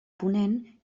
ponent